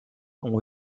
ont